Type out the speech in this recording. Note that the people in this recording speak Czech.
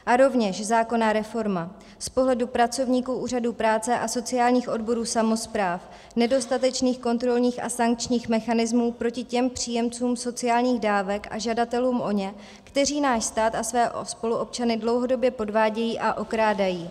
A rovněž zákonná reforma z pohledu pracovníků úřadů práce a sociálních odborů samospráv nedostatečných kontrolních a sankčních mechanismů proti těm příjemcům sociálních dávek a žadatelům o ně, kteří náš stát a své spoluobčany dlouhodobě podvádějí a okrádají.